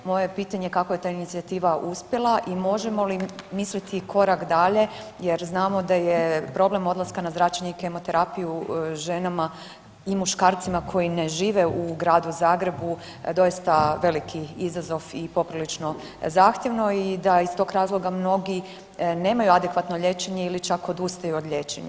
Moje je pitanje kako je ta inicijativa uspjela i možemo li misliti korak dalje jer znamo da je problem odlaska na zračenje i kemoterapiju ženama i muškarcima koji ne žive u Gradu Zagrebu doista veliki izazov i poprilično zahtjevno i da iz tog razloga mnogi nemaju adekvatno liječenje ili čak odustaju od liječenja.